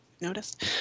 Noticed